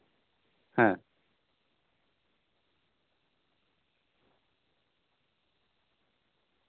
ᱦᱮᱸ